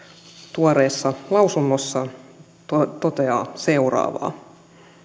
tuoreessa lausunnossaan toteaa seuraavaa